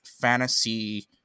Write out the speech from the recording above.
fantasy